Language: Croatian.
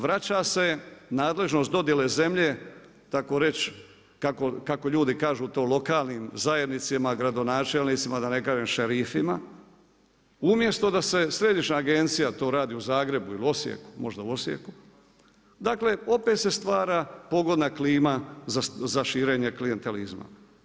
Vraća se nadležnost dodjele zemlje tako reć, kako ljudi kažu to, lokalnim zajednicama, gradonačelnicima, da ne kažem šerifima umjesto da središnja agencija to radi u Zagrebu ili Osijeku možda u Osijeku, dakle, opet se stvara pogodna klima za širenje klijentelizma.